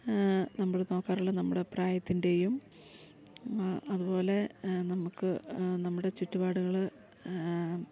നമ്മള് നോക്കാറുള്ളത് നമ്മുടെ പ്രായത്തിൻ്റെയും അതുപോലെ നമുക്ക് നമ്മുടെ ചുറ്റുപാട്കള്